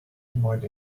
avoid